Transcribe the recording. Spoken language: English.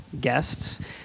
guests